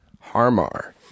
Harmar